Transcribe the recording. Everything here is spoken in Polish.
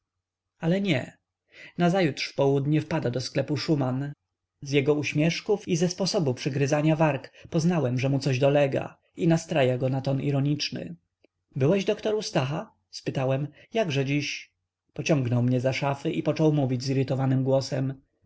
ale nie nazajutrz w południe wpadł do sklepu szuman z jego uśmieszków i ze sposobu przygryzania warg poznałem że mu coś dolega i nastraja go na ton ironiczny byłeś doktor u stacha spytałem jakże dziś pociągnął mnie za szafy i począł mówić zirytowanym głosem